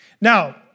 Now